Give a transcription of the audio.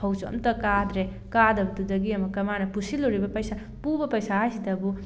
ꯐꯧꯁꯨ ꯑꯝꯇ ꯀꯥꯗ꯭ꯔꯦ ꯀꯥꯗꯕꯗꯨꯗꯒꯤ ꯑꯃꯨꯛꯀ ꯃꯥꯅ ꯄꯨꯁꯜꯂꯨꯔꯤꯕ ꯄꯩꯁꯥ ꯄꯨꯕ ꯄꯩꯁꯥꯁꯤꯗꯕꯨ